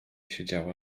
siedziała